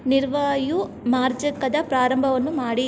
ನಿರ್ವಾಯು ಮಾರ್ಜಕದ ಪ್ರಾರಂಭವನ್ನು ಮಾಡಿ